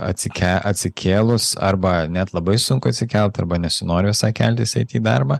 atsike atsikėlus arba net labai sunku atsikelt arba nesinori visai keltis eiti į darbą